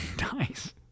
Nice